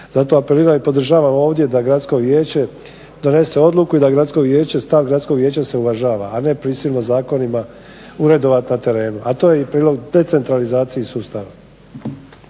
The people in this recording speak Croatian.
Zato apeliram i podržavam ovdje da Gradsko vijeće donese odluku i da Gradsko vijeće se uvažava, a ne prisilno zakonima uredovati na terenu a to je i prilog decentralizaciji sustava.